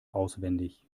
auswendig